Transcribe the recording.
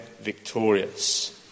victorious